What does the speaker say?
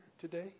today